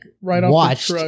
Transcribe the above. watched